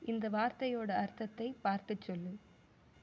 இந்த வார்த்தையோட அர்த்தத்தை பார்த்து சொல்